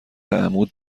عمود